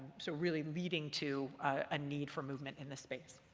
so really leading to a need for movement in the space.